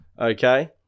Okay